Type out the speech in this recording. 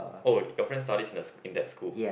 oh your friend studies in the in that school